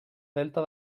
delta